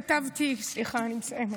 סליחה, אני מסיימת,